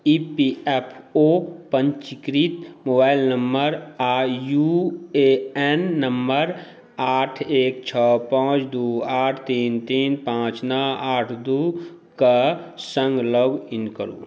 ई P F O पञ्जीकृत mobile number आओर U A N number आठ एक छओ पाँच दुइ आठ तीन तीन पाँच नओ आठ दुइके सङ्ग लॉगिन करू